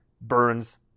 Burns